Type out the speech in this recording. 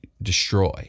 destroy